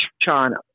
China